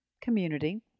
community